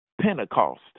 Pentecost